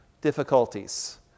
difficulties